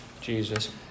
Jesus